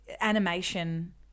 animation